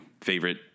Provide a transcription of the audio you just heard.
favorite